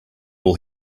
will